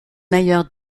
meilleurs